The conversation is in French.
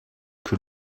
que